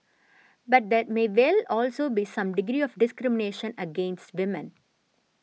but there may well also be some degree of discrimination against women